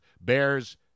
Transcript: Bears